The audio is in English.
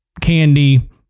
candy